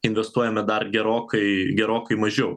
investuojame dar gerokai gerokai mažiau